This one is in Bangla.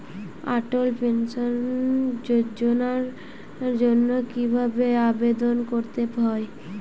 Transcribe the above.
অটল পেনশন যোজনার জন্য কি ভাবে আবেদন করতে হয়?